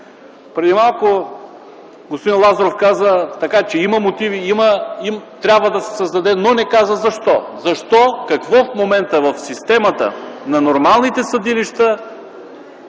Преди малко господин Лазаров каза, че има мотиви за това, че трябва да се създаде, но не каза защо. Защо, какво в момента в системата на нормалните съдилища